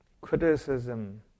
criticism